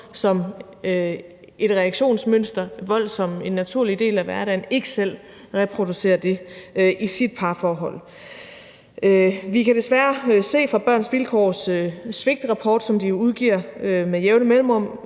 som et reaktionsmønster, vold som en naturlig del af hverdagen, ikke selv reproducerer det i sit parforhold. Vi kan desværre se fra Børns Vilkårs Svigtrapport, som de jo udgiver med jævne mellemrum,